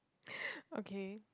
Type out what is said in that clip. okay